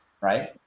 Right